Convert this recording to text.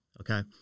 okay